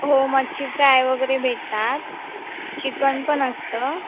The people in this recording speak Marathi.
हो मच्छी फ्राय वगैरे भेटतात चिकन पण असतं